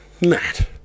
Matt